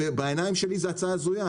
בעיניים שלי זו הצעה הזויה.